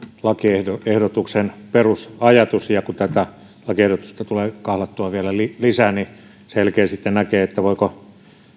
lakiehdotuksen perusajatus ja kun tätä lakiehdotusta tulee kahlattua vielä lisää niin selkeästi sitten näkee voiko